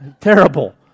terrible